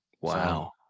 Wow